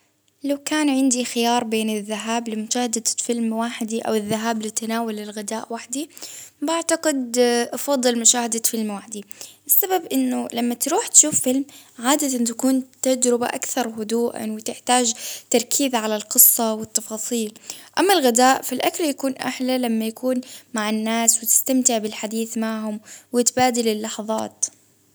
لو كان عندي خيار بين الذهاب لمشاهدة فيلم وحدي أو الذهاب لتناول الغداء وحدي، بعتقد أفضل مشاهدة فيلم وحدي، السبب إنه لما تروح تشوف عادة تكون تجربة أكثر هدوء، يعني تحتاج تركيز على القصة والتفاصيل، أما الغذاء فالأكل يكون لما يكون مع الناس مستمتع بالحديث معهم، وتبادل اللحظات.